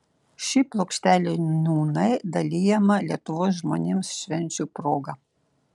ši plokštelė nūnai dalijama lietuvos žmonėms švenčių proga